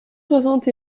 soixante